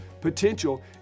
potential